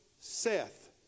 Seth